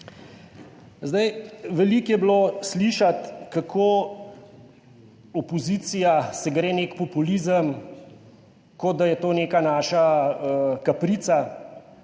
Veliko je bilo slišati, kako se opozicija gre nek populizem, kot da je to neka naša kaprica,